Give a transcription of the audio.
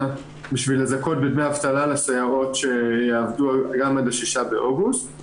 בשביל לזכות בדמי אבטלה לסייעות שיעבדו גם עד ה-6 באוגוסט.